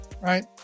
right